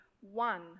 one